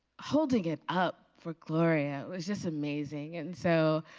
holding it up for gloria, it was just amazing. and so,